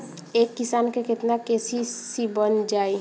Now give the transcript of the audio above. एक किसान के केतना के.सी.सी बन जाइ?